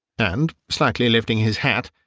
and, slightly lifting his hat,